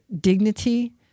dignity